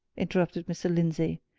interrupted mr. lindsey.